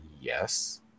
Yes